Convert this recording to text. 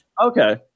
Okay